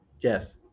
Yes